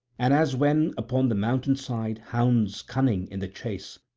and as when, upon the mountain-side, hounds, cunning in the chase,